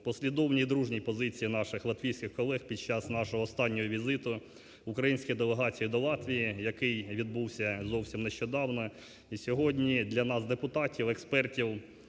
послідовній дружній позиції наших латвійських колег під час нашого останнього візиту української делегації до Латвії, який відбувся зовсім нещодавно. І сьогодні для нас – депутатів, експертів